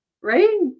right